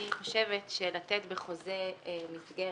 אני חושבת שלתת בחוזה מסגרת,